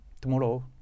tomorrow